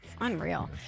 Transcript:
Unreal